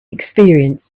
experience